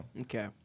Okay